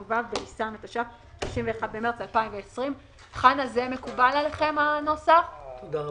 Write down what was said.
ו' בניסן התש"ף (31 במרס 2020). תודה רבה.